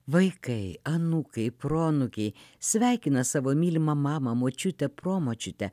vaikai anūkai proanūkiai sveikina savo mylimą mamą močiutę promočiutę